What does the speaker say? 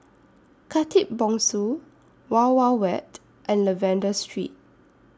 Khatib Bongsu Wild Wild Wet and Lavender Street